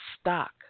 stock